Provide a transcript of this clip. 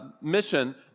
mission